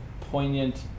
poignant